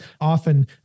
often